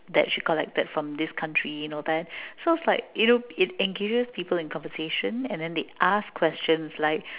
that she collected from this country you know that so it's like you know it engages people in conversation and then they ask questions like